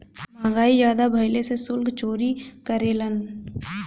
महंगाई जादा भइले से सुल्क चोरी करेलन